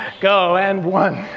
go. and one,